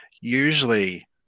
usually